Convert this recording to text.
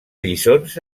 lliçons